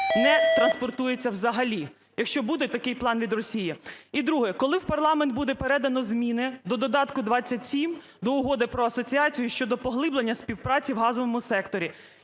не транспортується взагалі, якщо буде такий план від Росії? І друге. Коли в парламент буде передано зміни до додатку 27 до Угоди про асоціацію щодо поглиблення співпраці у газовому секторі,